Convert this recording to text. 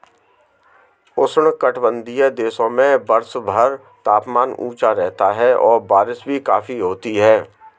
उष्णकटिबंधीय देशों में वर्षभर तापमान ऊंचा रहता है और बारिश भी काफी होती है